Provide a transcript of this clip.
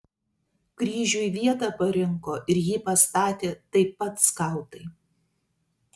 kryžiui vietą parinko ir jį pastatė taip pat skautai